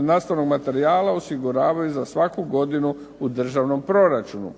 nastavnog materijala osiguravaju za svaku godinu u državnom proračunu.